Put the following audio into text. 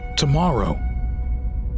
Tomorrow